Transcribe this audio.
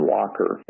Walker